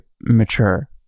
mature